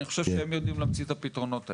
אני חושב שהם יודעים להמציא את הפתרונות האלה.